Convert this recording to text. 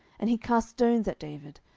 and he cast stones at david,